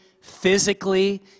physically